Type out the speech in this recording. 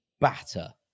batter